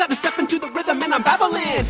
ah ah step into the rhythm, and i'm babbling.